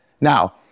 Now